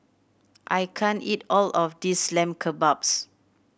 I can't eat all of this Lamb Kebabs